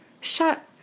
Shut